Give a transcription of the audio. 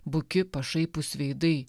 buki pašaipūs veidai